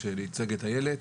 שייצג את איילת.